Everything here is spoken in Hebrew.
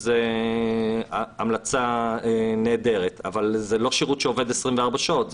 זאת המלצה נהדרת אבל זה לא שירות שעובד 24 שעות,